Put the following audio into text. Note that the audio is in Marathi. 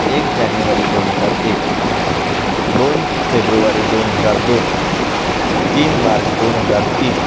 एक जानेवारी दोन हजार एक दोन फेब्रुवारी दोन हजार दोन तीन मार्च दोन हजार तीन